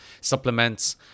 supplements